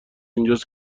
اینجاست